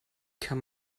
kann